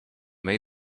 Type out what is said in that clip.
made